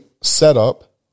setup